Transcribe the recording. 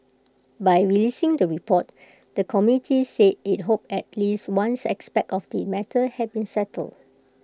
by releasing the report the committee said IT hoped at least ones aspect of the matter had been settled